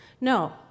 No